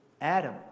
Adam